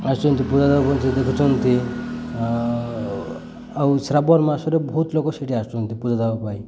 ଆସନ୍ତି ପୂଜା ଦେବା ଆଉ ଶ୍ରାବଣ ମାସରେ ବହୁତ ଲୋକ ସେଠି ଆସୁଛନ୍ତି ପୂଜା ଦେବା ପାଇଁ